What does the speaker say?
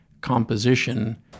composition